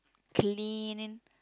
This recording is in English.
cleaning